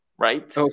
right